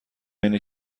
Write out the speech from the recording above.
اینه